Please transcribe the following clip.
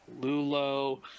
lulo